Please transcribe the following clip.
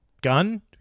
Gun